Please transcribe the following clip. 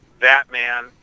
Batman